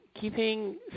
keeping